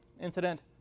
incident